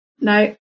no